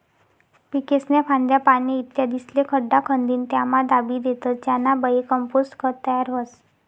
पीकेस्न्या फांद्या, पाने, इत्यादिस्ले खड्डा खंदीन त्यामा दाबी देतस ज्यानाबये कंपोस्ट खत तयार व्हस